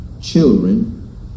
children